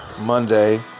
monday